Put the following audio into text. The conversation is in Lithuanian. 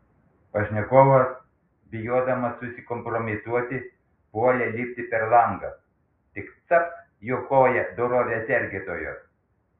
pašnekovas bijodamas susikompromituoti puolė lipti per langą tik capt jo koją dorovės sergėtojos